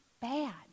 bad